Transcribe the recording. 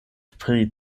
pri